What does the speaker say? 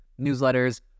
newsletters